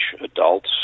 adults